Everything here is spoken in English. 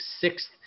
sixth